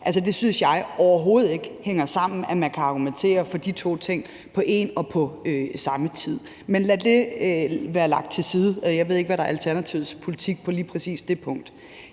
jeg synes overhovedet ikke, det hænger sammen, at man kan argumentere for de to ting på en og samme tid. Men lad det være lagt til side; jeg ved ikke, hvad Alternativets politik på lige præcis det punkt